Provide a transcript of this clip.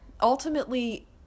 ultimately